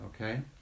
okay